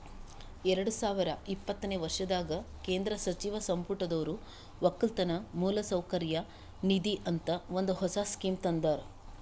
ಎರಡು ಸಾವಿರ ಇಪ್ಪತ್ತನೆ ವರ್ಷದಾಗ್ ಕೇಂದ್ರ ಸಚಿವ ಸಂಪುಟದೊರು ಒಕ್ಕಲತನ ಮೌಲಸೌಕರ್ಯ ನಿಧಿ ಅಂತ ಒಂದ್ ಹೊಸ ಸ್ಕೀಮ್ ತಂದಾರ್